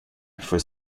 for